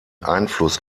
einfluss